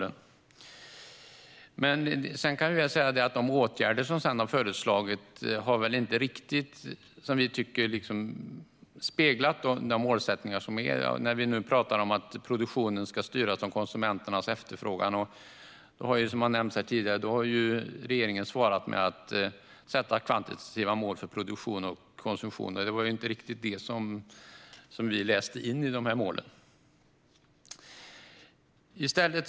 Sedan kan jag väl säga att vi inte tycker att de åtgärder som sedan har föreslagits riktigt har speglat målsättningarna. Vi pratar om att produktionen ska styras av konsumenternas efterfrågan, vilket har nämnts här tidigare, och då har regeringen svarat med att sätta kvantitativa mål för produktion och konsumtion. Det var inte riktigt det vi läste in i dessa mål.